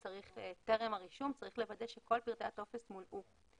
טרם הרישום צריך לוודא שכל פרטי הטופס מולאו.